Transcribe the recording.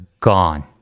gone